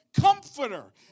comforter